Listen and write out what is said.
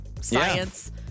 science